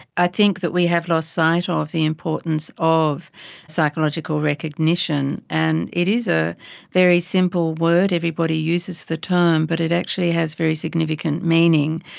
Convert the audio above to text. i think that we have lost sight of the importance of psychological recognition, and it is a very simple word, everybody uses the term, but it actually has very significant meaning.